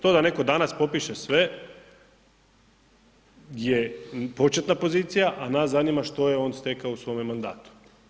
To da neko danas popiše sve je početna pozicija, a nas zanima što je on stekao u svome mandatu.